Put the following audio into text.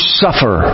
suffer